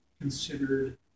considered